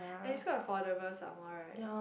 and it's quite affordable some more right